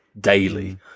daily